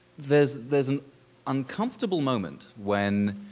there's there's an uncomfortable moment when